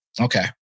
Okay